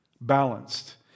balanced